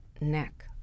neck